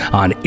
on